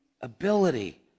ability